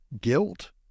guilt